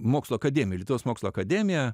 mokslų akademija lietuvos mokslų akademija